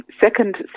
second